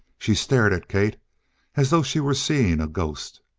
she stared at kate as though she were seeing a ghost.